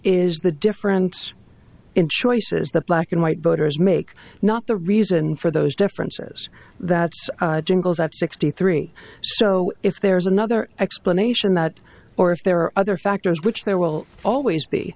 is the difference in choices that black and white voters make not the reason for those differences that jingles at sixty three so if there is another explanation that or if there are other factors which there will always be